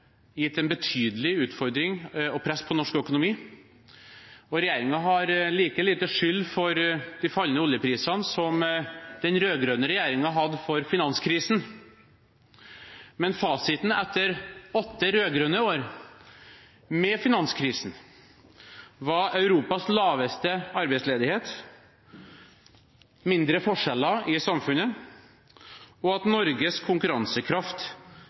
gitt en betydelig utfordring og press på norsk økonomi, og regjeringen har like lite skyld for de fallende oljeprisene som den rød-grønne regjeringen hadde for finanskrisen. Men fasiten etter åtte rød-grønne år – med finanskrisen – var Europas laveste arbeidsledighet, mindre forskjeller i samfunnet og at Norges konkurransekraft